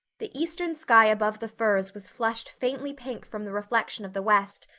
the eastern sky above the firs was flushed faintly pink from the reflection of the west,